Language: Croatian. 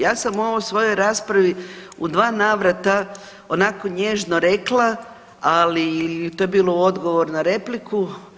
Ja sam ovo u svojoj raspravi u dva navrata onako nježno rekla, ali to je bio odgovor na repliku.